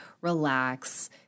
relax